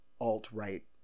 alt-right